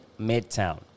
Midtown